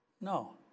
no